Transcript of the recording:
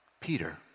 Peter